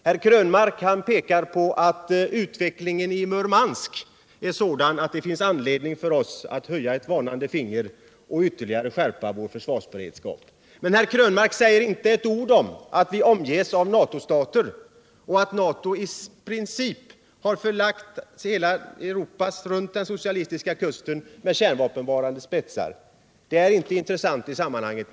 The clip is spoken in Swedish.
Herr Krönmark pekar på att utvecklingen i Murmansk är sådan att det finns anledning för oss att höja ett varnande finger och ytterligare skärpa vår försvarsberedskap. Men herr Krönmark säger inte ett ord om att vi omges av NATO-stater och att NATO i princip har belagt hela Europa med kärnvapenspetsar riktade mot de socialistiska staterna. Men det tycks inte vara intressant i sammanhanget.